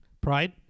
Pride